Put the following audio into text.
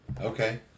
Okay